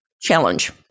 challenge